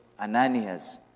Ananias